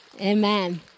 Amen